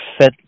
fit